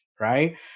right